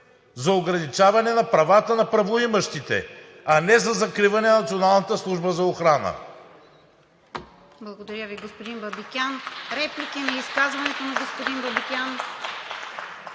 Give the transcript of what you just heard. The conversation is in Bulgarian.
за ограничаване на правата на правоимащите, а не за закриване на